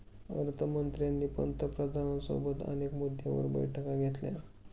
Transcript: अर्थ मंत्र्यांनी पंतप्रधानांसोबत अनेक मुद्द्यांवर बैठका घेतल्या